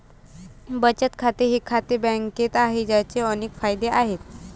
बचत खाते हे खाते बँकेत आहे, ज्याचे अनेक फायदे आहेत